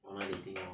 online dating lor